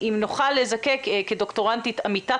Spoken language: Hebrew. כדוקטורנטית עמיתה,